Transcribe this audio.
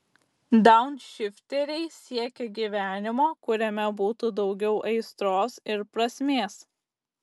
daunšifteriai siekia gyvenimo kuriame būtų daugiau aistros ir prasmės